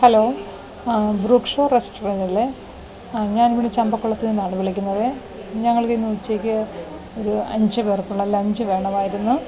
hello Brook Shore restaurant അല്ലേ ഞാൻ ഇവിടെ ചമ്പക്കുളത്തു നിന്നാണ് വിളിക്കുന്നതേ ഞങ്ങൾക്കു ഇന്ന് ഉച്ചക്കു ഒരു അഞ്ച് പേർക്കുള്ള ലഞ്ച് വേണമായിരുന്നു